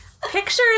Pictures